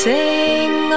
Sing